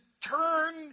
turn